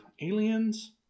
aliens